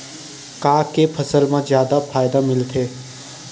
का के फसल मा जादा फ़ायदा मिलथे?